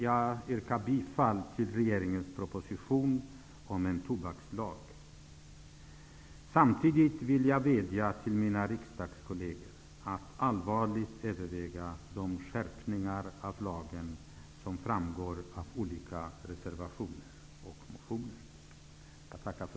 Jag yrkar bifall till förslagen i regeringspropositionen om en tobakslag med de skärpningar som framgår av socialutskottets betänkande. Samtidigt vill jag vädja till mina riksdagskolleger att allvarligt överväga de skärpningar av lagen som framgår av olika motioner.